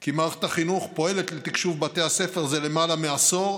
כי מערכת החינוך פועלת לתקשוב בתי הספר זה למעלה מעשור,